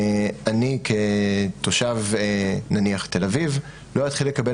אני כתושב נניח תל אביב לא אתחיל לקבל